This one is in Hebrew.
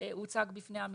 בפני המשרד.